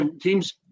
teams